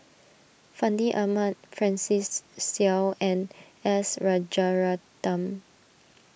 Fandi Ahmad Francis Seow and S Rajaratnam